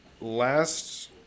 last